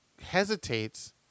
hesitates